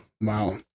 Wow